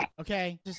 okay